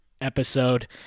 episode